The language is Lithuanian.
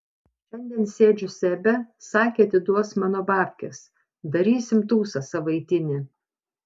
šiandien sėdžiu sebe sakė atiduos mano babkes darysim tūsą savaitinį